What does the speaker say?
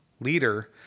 leader